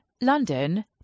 London